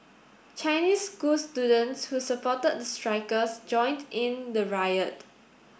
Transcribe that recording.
Chinese school students who supported the strikers joined in the riot